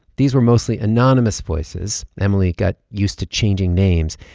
these were mostly anonymous voices. emily got used to changing names.